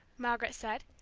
margaret said,